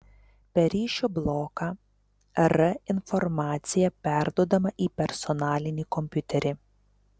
per ryšio bloką r informacija perduodama į personalinį kompiuterį